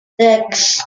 six